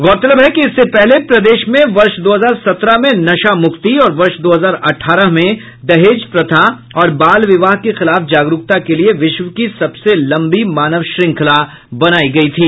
उल्लेखनीय है कि इससे पहले प्रदेश में वर्ष दो हजार सत्रह में नशा मुक्ति और वर्ष दो हजार अठारह में दहेज प्रथा और बाल विवाह के खिलाफ जागरूकता के लिये विश्व की सबसे लंबी मानव श्रृंखला बनायी गयी थी